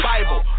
Bible